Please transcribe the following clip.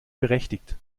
berechtigt